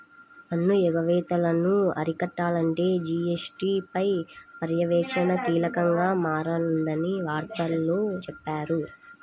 పన్ను ఎగవేతలను అరికట్టాలంటే జీ.ఎస్.టీ పై పర్యవేక్షణ కీలకంగా మారనుందని వార్తల్లో చెప్పారు